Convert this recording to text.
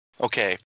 Okay